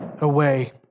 away